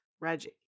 Reggie